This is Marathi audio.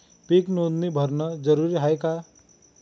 पीक नोंदनी भरनं जरूरी हाये का?